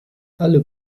alle